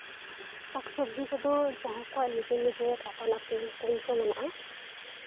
ᱥᱟᱠ ᱥᱚᱵᱽᱡᱤ ᱠᱚᱫᱚ ᱡᱟᱦᱟᱸᱭ ᱠᱚᱣᱟᱜ ᱱᱤᱡᱮᱨ ᱱᱤᱡᱮᱨ ᱟᱯᱟᱱ ᱟᱹᱯᱤᱱ ᱠᱩᱸᱧ ᱠᱚ ᱢᱮᱱᱟᱜᱼᱟ